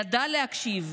ידע להקשיב.